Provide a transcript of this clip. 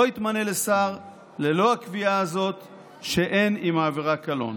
יתמנה לשר ללא הקביעה הזאת שאין עם העבירה קלון.